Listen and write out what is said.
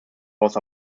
was